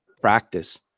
practice